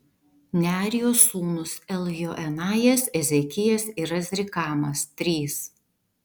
nearijos sūnūs eljoenajas ezekijas ir azrikamas trys